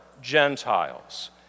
Gentiles